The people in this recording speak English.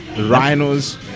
rhinos